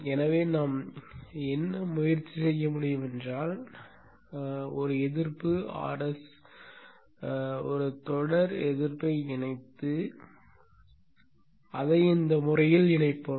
எனவே நாம் என்ன முயற்சி செய்ய முடியும் என்றால் நாம் ஒரு எதிர்ப்பு Rs a தொடர் எதிர்ப்பை இணைத்து அதை இந்த முறையில் இணைப்போம்